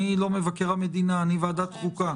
אני לא מבקר המדינה, אני ועדת חוקה.